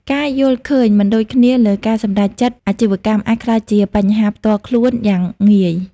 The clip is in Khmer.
ការយល់ឃើញមិនដូចគ្នាលើការសម្រេចចិត្តអាជីវកម្ម អាចក្លាយជាបញ្ហាផ្ទាល់ខ្លួនយ៉ាងងាយ។